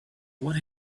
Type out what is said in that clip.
what